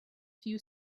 few